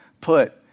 Put